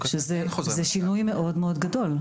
זהו שינוי מאוד גדול.